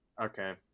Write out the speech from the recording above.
Okay